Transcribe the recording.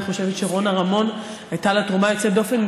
אני חושבת שרונה רמון, הייתה לה תרומה יוצאת דופן.